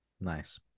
nice